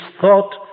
thought